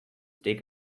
take